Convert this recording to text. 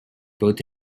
both